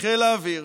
וחיל האוויר